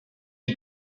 die